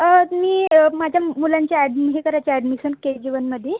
मी माझ्या मुलांच्या ॲडमि हे करायचं आहे ॲडमिशन के जी वनमध्ये